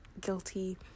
guilty